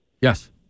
Yes